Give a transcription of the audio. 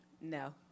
No